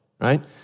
right